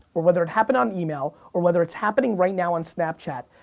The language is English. or whether it happened on email, or whether it's happening right now on snapchat,